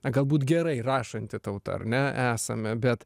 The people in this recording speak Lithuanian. galbūt gerai rašanti tauta ar ne esame bet